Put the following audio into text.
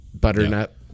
butternut